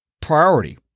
priority